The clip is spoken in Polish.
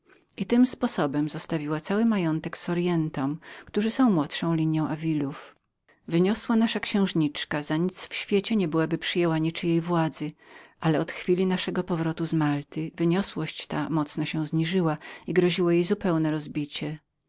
i tym sposobem zostawiła cały majątek sorientom którzy są młodszą linią davilów wyniosła nasza księżniczka za nic w świecie nie byłaby przyjęła niczyjej władzy ale od chwili naszego powrotu z malty wyniosłość ta dziwnie się zniżyła i wkrótce miała uledz sławnemu rozbiciu